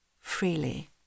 freely